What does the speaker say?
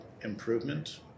improvement